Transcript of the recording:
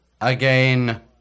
again